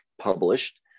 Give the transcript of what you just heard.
published